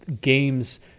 games